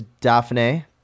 Daphne